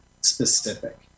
specific